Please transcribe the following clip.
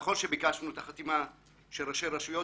נכון שביקשנו את החתימה של ראשי הרשויות